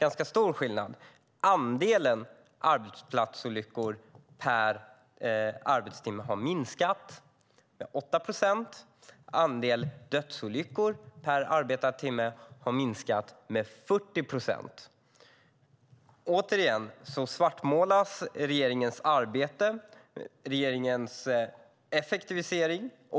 Andelen arbetsplatsolyckor per arbetad timme har minskat med 8 procent, och andelen dödsolyckor per arbetad timme har minskat med 40 procent. Återigen svartmålas regeringens arbete och effektivisering.